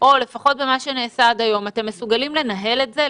או לפחות במה שנעשה עד היום אתם מסוגלים לנהל את זה?